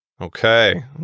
Okay